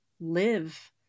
live